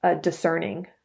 discerning